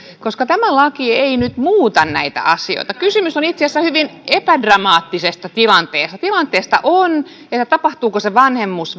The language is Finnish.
koska tämä laki ei ei nyt muuta näitä asioita kysymys on itse asiassa hyvin epädramaattisesta tilanteesta tilanteesta tapahtuuko se vanhemmuus